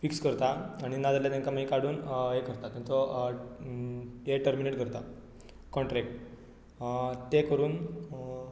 fix करता आनी ना जाल्यार तांकां मागीर काडून ताचो हे करता तांचो हे टर्मीनॅट करता कॉनट्रेक्ट ते करून